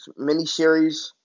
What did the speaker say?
miniseries